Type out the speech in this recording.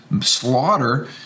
slaughter